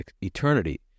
eternity